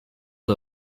her